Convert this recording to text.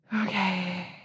Okay